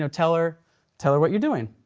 so tell her tell her what you're doing.